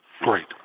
Great